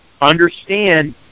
understand